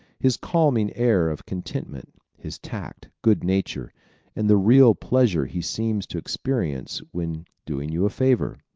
his calming air of contentment, his tact, good nature and the real pleasure he seems to experience when doing you a favor.